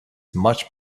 much